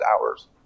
hours